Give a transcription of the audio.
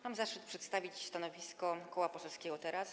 Mam zaszczyt przedstawić stanowisko Koła Poselskiego Teraz!